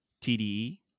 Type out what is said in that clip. TDE